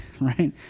right